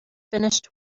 finished